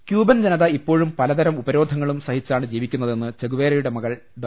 Cuban ജനത ഇപ്പോഴും പലതരം ഉപരോധങ്ങളും സഹി ച്ചാണ് ജീവിക്കു ന്ന തെന്ന് ചെഗു വേരിയുടെ മകൾ ഡോ